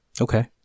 Okay